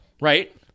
Right